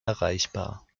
erreichbar